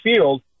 Field